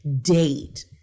date